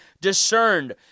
discerned